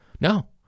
no